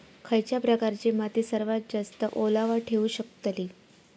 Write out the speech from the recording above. खयच्या प्रकारची माती सर्वात जास्त ओलावा ठेवू शकतली?